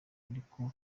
ariko